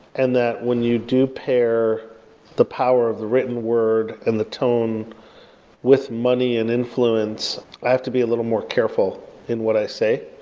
and that when you do pair the power of the written word and the tone with money and influence, i have to be a little more careful in what i say.